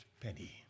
penny